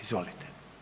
Izvolite.